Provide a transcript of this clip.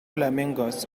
flamingos